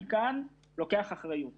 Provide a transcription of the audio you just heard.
הייתי לוקח אחריות מליאה.